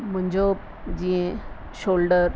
मुंहिंजो जीअं शोल्डर